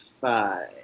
five